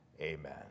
Amen